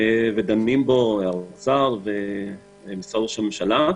ודנים בו האוצר ומשרד ראש הממשלה.